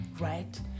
right